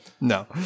no